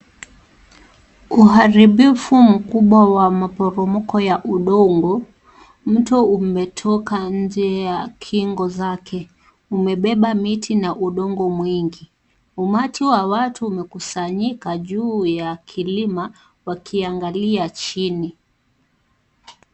Uharibufu mkubwa wa maporomoko ya udongo. Mto umetoka nje ya kingo zake, umebeba miti na udongo mwingi. Umati wa watu umekusanyika juu ya kilima wakiangalia chini.